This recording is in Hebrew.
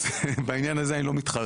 אז בעניין הזה אני לא מתחרט.